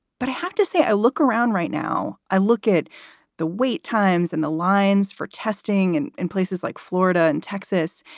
but i have to say, i look around right now. i look at the wait times and the lines for testing and in places like florida and texas.